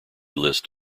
list